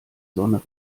sonne